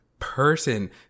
person